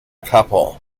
couple